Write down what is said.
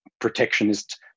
protectionist